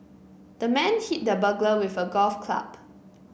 the man hit the burglar with a golf club